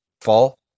fall